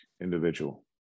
individual